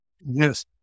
yes